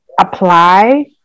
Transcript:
apply